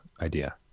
idea